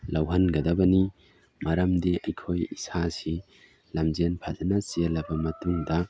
ꯂꯧꯍꯟꯒꯗꯕꯅꯤ ꯃꯔꯝꯗꯤ ꯑꯩꯈꯣꯏ ꯏꯁꯥꯁꯤ ꯂꯝꯖꯦꯟ ꯐꯖꯅ ꯆꯦꯜꯂꯕ ꯃꯇꯨꯡꯗ